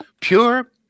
Pure